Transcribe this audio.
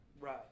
Right